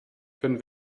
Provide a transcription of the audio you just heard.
können